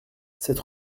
cette